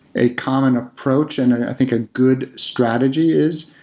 a common approach and think a good strategy is,